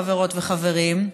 חברות וחברים,